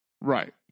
Right